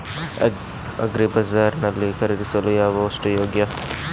Agri Bazaar ನಲ್ಲಿ ಖರೀದಿಸಲು ಯಾವ ವಸ್ತು ಯೋಗ್ಯ?